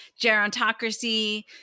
gerontocracy